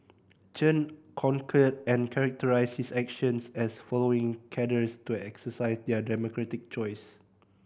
Chen concurred and characterised his actions as allowing cadres to exercise their democratic choice